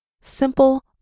simple